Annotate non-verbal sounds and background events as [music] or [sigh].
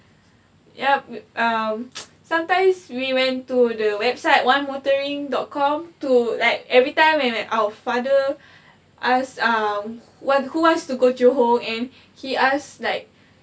yup err [noise] sometimes we went to the website one motoring dot com to like every time when we're at our father ask who wants to go johor and he ask like